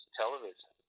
television